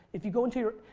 if you go into your.